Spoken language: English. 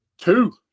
Two